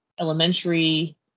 Elementary